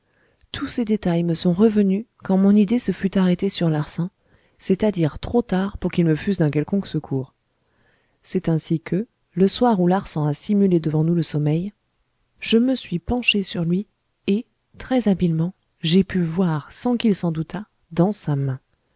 tous ces détails me sont revenus quand mon idée se fût arrêtée sur larsan c'est-àdire trop tard pour qu'ils me fussent d'un quelconque secours c'est ainsi que le soir où larsan a simulé devant nous le sommeil je me suis penché sur lui et j'ai pu voir sans qu'il s'en doutât dans sa main